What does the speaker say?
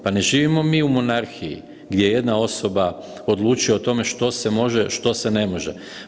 Pa ne živimo mi u monarhiji, gdje jedna osoba odlučuje o tome što se može, što se ne može.